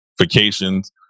Vacations